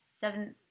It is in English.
seventh